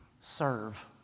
serve